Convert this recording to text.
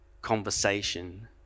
conversation